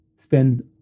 spend